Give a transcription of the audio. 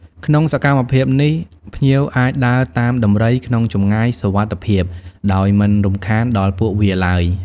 ក្នុងសកម្មភាពនេះ ភ្ញៀវអាចដើរតាមដំរីក្នុងចម្ងាយសុវត្ថិភាព ដោយមិនរំខានដល់ពួកវាឡើយ។